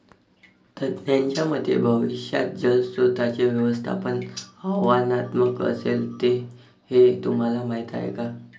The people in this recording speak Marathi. तज्ज्ञांच्या मते भविष्यात जलस्रोतांचे व्यवस्थापन आव्हानात्मक असेल, हे तुम्हाला माहीत आहे का?